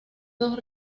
dos